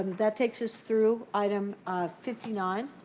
that takes us through item fifty nine,